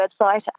website